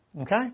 okay